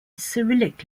cyrillic